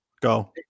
go